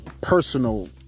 personal